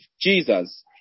Jesus